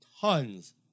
tons